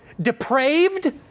depraved